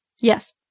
Yes